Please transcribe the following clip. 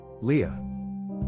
Leah